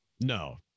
No